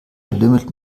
lümmelt